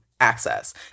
access